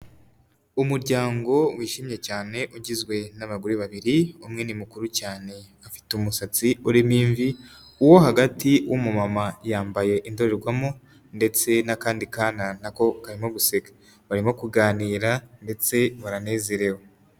Umuryango wishimye cyane ugizwe n'abagore babiri, umwe ni mukuru cyane, afite umusatsi urimo imvi, uwo hagati w'umumama yambaye indorerwamo ndetse n'akandi kana na ko karimo guseka. Barimo kuganira ndetse baranezerewe.